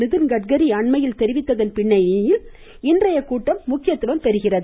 நிதின்கட்காரி அண்மையில் தெரிவித்ததன் பின்னணியில் இன்றைய கூட்டம் முக்கியத்துவம் பெறுகிறது